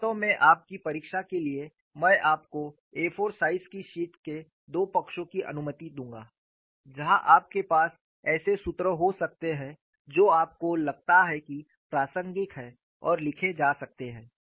वास्तव में आपकी परीक्षा के लिए मैं आपको A 4 साइज की शीट के दो पक्षों की अनुमति दूंगा जहां आपके पास ऐसे सूत्र हो सकते हैं जो आपको लगता है कि प्रासंगिक हैं और लिखे जा सकते हैं